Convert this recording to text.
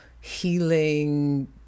healing